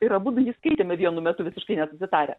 ir abudu jį skaitėme vienu metu visiškai nesusitarę